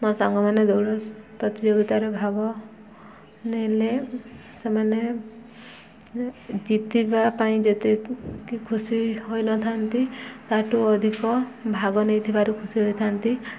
ମୋ ସାଙ୍ଗମାନେ ଦୌଡ଼ ପ୍ରତିଯୋଗିତାରେ ଭାଗ ନେଲେ ସେମାନେ ଜିତିବା ପାଇଁ ଯେତିକିି ଖୁସି ହୋଇନଥାନ୍ତି ତା'ଠୁ ଅଧିକ ଭାଗ ନେଇଥିବାରୁ ଖୁସି ହୋଇଥାନ୍ତି